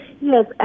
Yes